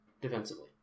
defensively